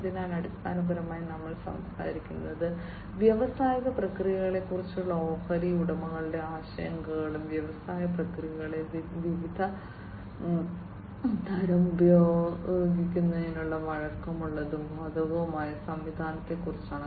അതിനാൽ അടിസ്ഥാനപരമായി ഞങ്ങൾ സംസാരിക്കുന്നത് വ്യാവസായിക പ്രക്രിയകളെക്കുറിച്ചുള്ള ഓഹരി ഉടമകളുടെ ആശങ്കകളും വ്യാവസായിക പ്രക്രിയകളിൽ വിവിധ തരം ഉപയോഗിക്കുന്നതിനുള്ള വഴക്കമുള്ളതും ബാധകവുമായ സംവിധാനത്തെക്കുറിച്ചുമാണ്